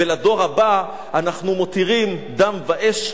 ולדור הבא אנחנו מותירים דם ואש,